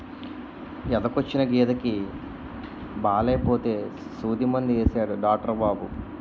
ఎదకొచ్చిన గేదెకి బాలేపోతే సూదిమందు యేసాడు డాట్రు బాబు